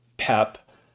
PEP